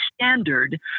standard